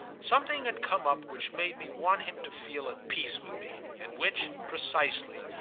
something had come up which made me want him to feel at peace with me and which, precisely,